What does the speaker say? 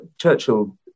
Churchill